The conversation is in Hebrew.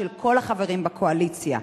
של כל החברים בקואליציה.